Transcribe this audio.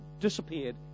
disappeared